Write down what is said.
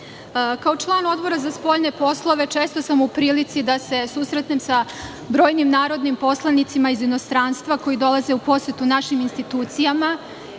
član Odbora za spoljne poslove često sam u prilici da se susretnem sa brojnim narodnim poslanicima iz inostranstva koji dolaze u posetu našim institucijama.